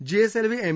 GSLV M